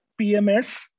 PMS